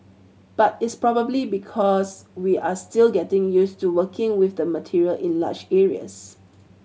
but it's probably because we are still getting used to working with the material in large areas